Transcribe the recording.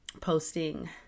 posting